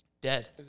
dead